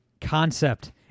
concept